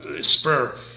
spur